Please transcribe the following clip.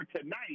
tonight